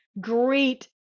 great